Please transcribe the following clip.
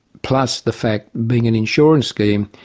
plus the fact, being an insurance scheme,